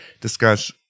discuss